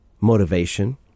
motivation